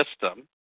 system